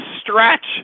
stretch